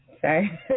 Sorry